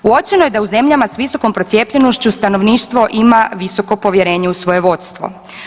Uočeno je da u zemljama s visokom procijepljenošću stanovništvo ima visoko povjerenje u svoje vodstvo.